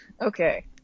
Okay